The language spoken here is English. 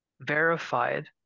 verified